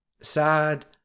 Sad